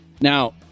Now